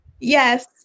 yes